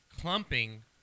clumping